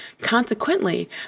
Consequently